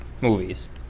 movies